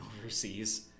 overseas